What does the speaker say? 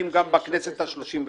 גברתי מנהלת הוועדה, הרשמת,